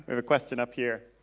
have a question up here.